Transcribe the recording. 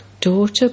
daughter